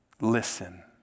listen